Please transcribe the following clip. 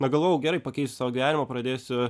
na galvojau gerai pakeisiu savo gyvenimą pradėsiu